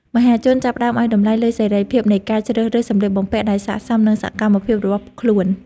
មហាជនចាប់ផ្តើមឱ្យតម្លៃលើសេរីភាពនៃការជ្រើសរើសសម្លៀកបំពាក់ដែលស័ក្តិសមនឹងសកម្មភាពរបស់ខ្លួន។